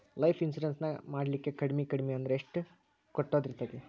Life insurance ನ ಮಾಡ್ಲಿಕ್ಕೆ ಕಡ್ಮಿ ಕಡ್ಮಿ ಅಂದ್ರ ಎಷ್ಟ್ ಕಟ್ಟೊದಿರ್ತದ?